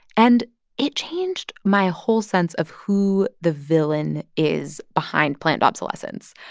and it changed my whole sense of who the villain is behind planned obsolescence.